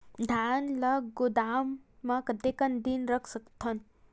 धान ल गोदाम म कतेक दिन रख सकथव?